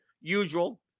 usual